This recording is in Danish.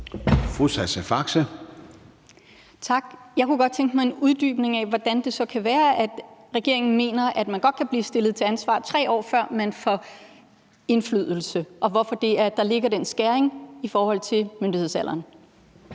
Faxe (ALT): Tak. Jeg kunne godt tænke mig en uddybning af, hvordan det så kan være, at regeringen mener, at man godt kan blive stillet til ansvar, 3 år før man får indflydelse. Hvorfor ligger der den skæring i forhold til myndighedsalderen?